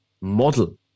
model